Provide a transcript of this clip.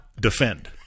Defend